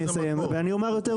המקור מדבר על 400 מיליון ₪.